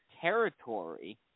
territory